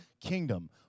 kingdom